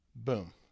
Boom